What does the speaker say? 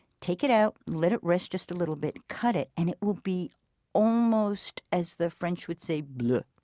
take it out, let it rest just a little bit, cut it, and it will be almost, as the french would say, bleu.